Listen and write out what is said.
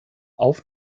auf